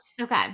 Okay